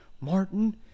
Martin